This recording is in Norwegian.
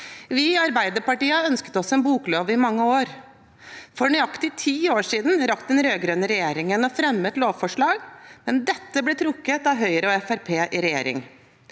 Vi i Arbeiderpartiet har ønsket oss en boklov i mange år. For nøyaktig ti år siden rakk den rød-grønne regjeringen å fremme et lovforslag, men dette ble trukket av Høyre og Fremskrittspartiet